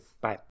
Bye